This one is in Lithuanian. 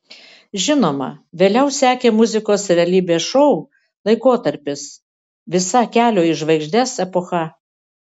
žinoma vėliau sekė muzikos realybės šou laikotarpis visa kelio į žvaigždes epocha